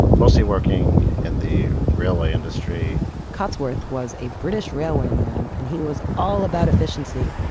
mostly working in the railway industry cotsworth was a british railwayman, and he was all about efficiency.